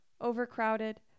Overcrowded